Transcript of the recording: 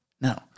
No